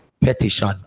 petition